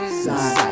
side